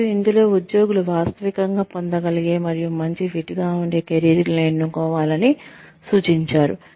మరియు ఇందులో ఉద్యోగులు వాస్తవికంగా పొందగలిగే మరియు మంచి ఫిట్గా ఉండే కెరీర్లను ఎన్నుకోవాలని సూచించారు